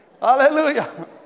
Hallelujah